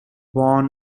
born